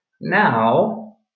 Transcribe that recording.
Now